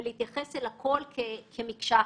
ולהתייחס אל הכל כמקשה אחת.